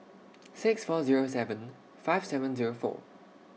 six four Zero seven five seven Zero four